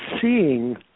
seeing